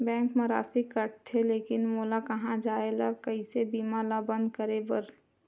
Bank मा राशि कटथे लेकिन मोला कहां जाय ला कइसे बीमा ला बंद करे बार?